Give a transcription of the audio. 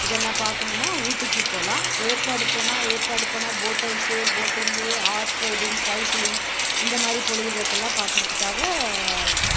இதெல்லாம் பார்க்கணுன்னா ஊட்டிக்குப் போகலாம் ஏற்காடு போனால் ஏற்காடு போனால் boat house boating horse riding cycling இந்த மாதிரி பொழுதுபோக்கெல்லாம் பார்க்குறதுக்காக